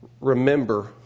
remember